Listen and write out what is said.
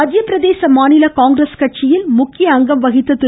மத்திய பிரதேச மாநில காங்கிரஸ் கட்சியில் முக்கிய அங்கம் வகித்த திரு